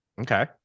Okay